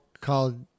called